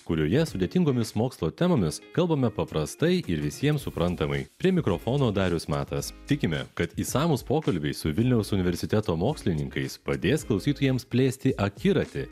kurioje sudėtingomis mokslo temomis kalbame paprastai ir visiems suprantamai prie mikrofono darius matas tikime kad išsamūs pokalbiai su vilniaus universiteto mokslininkais padės klausytojams plėsti akiratį